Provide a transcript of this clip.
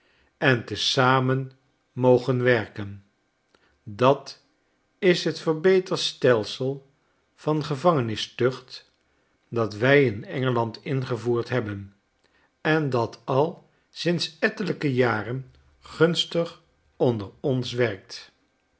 en te zamen mogen werken dat is het verbeterd stelsel van gevangenistucht dat wij inengeland ingevoerd hebben endat al sinds ettelijke jaren gunstig onder ons werkt